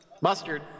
Mustard